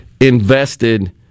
invested